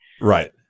Right